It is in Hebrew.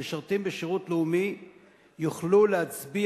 המשרתים בשירות לאומי יוכלו להצביע.